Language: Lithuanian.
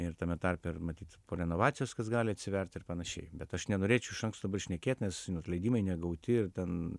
ir tame tarpe ir matyt po renovacijos kas gali atsiverti ir panašiai bet aš nenorėčiau iš anksto šnekėt nes leidimai negauti ir ten